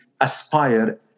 aspire